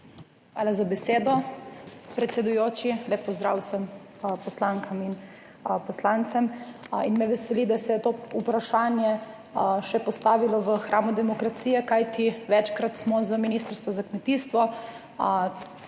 Hvala za besedo, predsedujoči. Lep pozdrav vsem poslankam in poslancem! Me veseli, da se je to vprašanje postavilo še v hramu demokracije, kajti večkrat smo na Ministrstvu za kmetijstvo,